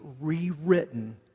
rewritten